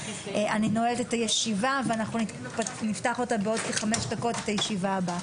אני נועלת את הישיבה ואנחנו נפתח בעוד כחמש דקות את הישיבה הבאה,